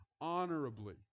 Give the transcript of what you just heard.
honorably